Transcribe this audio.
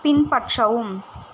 பின்பற்றவும்